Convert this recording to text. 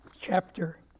chapter